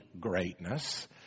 greatness